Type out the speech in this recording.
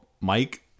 Mike